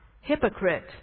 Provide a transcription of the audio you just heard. hypocrite